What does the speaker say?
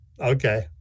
Okay